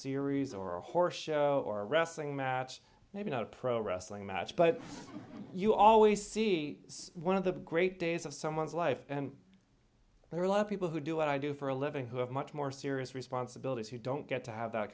series or a horror show or a wrestling match maybe not a pro wrestling match but you always see one of the great days of someone's life and there are a lot of people who do what i do for a living who have much more serious responsibilities who don't get to have th